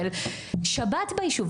של שבת ביישוב,